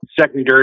secondary